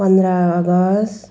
पन्ध्र अगस्ट